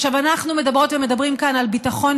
עכשיו אנחנו מדברות ומדברים כאן על ביטחון